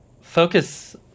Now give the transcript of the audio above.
focus